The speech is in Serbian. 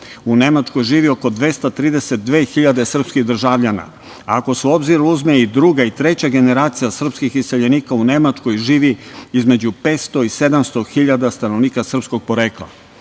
U Nemačkoj živi oko 232.000 srpskih državljana. Ako se u obzir uzme i druga i treća generacija srpskih iseljenika, u Nemačkoj živi između 500 i 700 hiljada stanovnika srpskog porekla. Važna